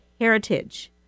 heritage